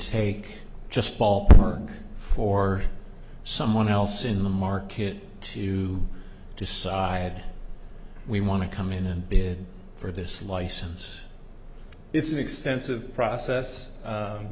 take just ballpark for someone else in the market to decide we want to come in and bid for this license it's an extensive process